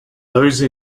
those